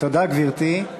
תודה, גברתי.